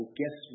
guess